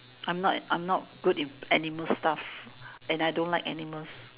I'm not I'm not good in animal stuff and I don't like animals